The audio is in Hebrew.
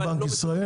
בנק ישראל?